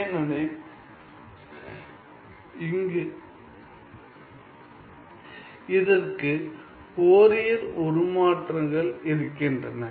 ஏனெனில் இதற்கு ஃபோரியர் உருமாற்றங்கள் இருக்கின்றன